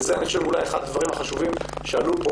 אני חושב שזה אולי אחד הדברים החשובים שעלו פה.